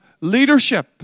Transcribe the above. leadership